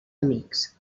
amics